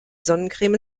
sonnencreme